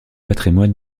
patrimoine